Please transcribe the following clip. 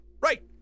right